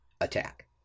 attack